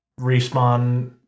respawn